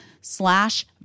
slash